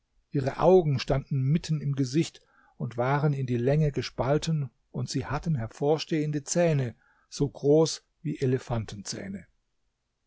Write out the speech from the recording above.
ihre augen standen mitten im gesicht und waren in die länge gespalten und sie hatten hervorstehende zähne so groß wie